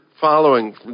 following